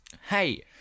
hey